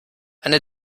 eine